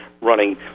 running